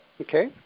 Okay